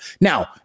now